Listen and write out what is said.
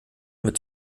mit